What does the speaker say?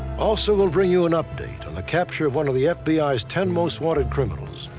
also we'll bring you an update on the capture of one of the fbi's ten most wanted criminals.